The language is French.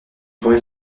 promet